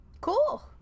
Cool